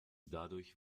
dadurch